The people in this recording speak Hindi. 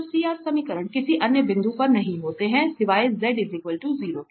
तो CR समीकरण किसी अन्य बिंदु पर नहीं होते हैं सिवाय z 0 के